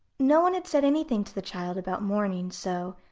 no one had said anything to the child about mourning, so,